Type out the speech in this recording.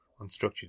unstructured